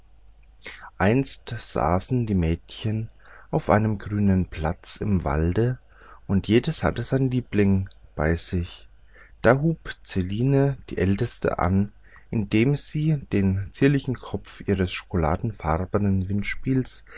einst saßen die mädchen auf einem grünen platz im walde und jedes hatte seinen liebling bei sich da hub zeline die älteste an indem sie den zierlichen kopf ihres schokoladenfarbenen windspiels